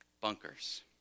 bunkers